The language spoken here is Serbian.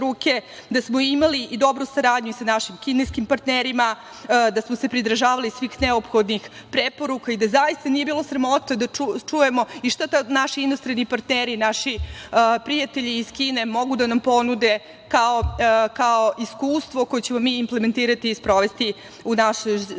da smo imali i dobru saradnju i sa našim kineskim partnerima, da smo se pridržavali svih neophodnih preporuka i da zaista nije bilo sramota da čujemo i šta naši inostrani partneri, naši prijatelji iz Kine mogu da nam ponude kao iskustvo koje ćemo mi implementirati i sprovesti u našoj zemlji. Počeli